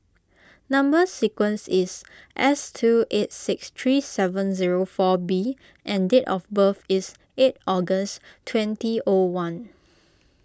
Number Sequence is S two eight six three seven zero four B and date of birth is eight August twenty O one